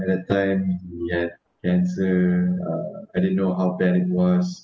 at that time he had cancer uh I didn't know how bad it was